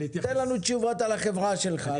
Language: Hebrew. תן לנו תשובות על החברה שלך,